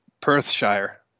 Perthshire